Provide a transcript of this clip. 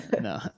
no